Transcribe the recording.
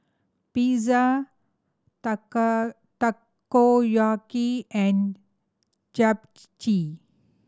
Pizza Takoyaki and